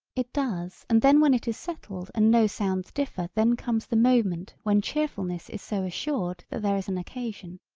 it does and then when it is settled and no sounds differ then comes the moment when cheerfulness is so assured that there is an occasion.